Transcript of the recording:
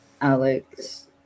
alex